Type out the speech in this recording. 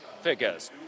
figures